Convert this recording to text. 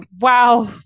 Wow